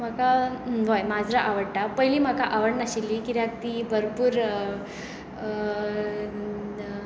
म्हाका व्हय माजरां आवडटा पयलीं म्हाका आवडनाशिल्लीं कित्याक तीं भरपूर